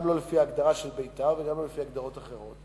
גם לא לפי ההגדרה של בית"ר וגם לא לפי הגדרות אחרות.